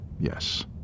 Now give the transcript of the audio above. Yes